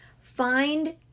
Find